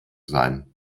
sein